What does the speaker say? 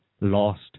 lost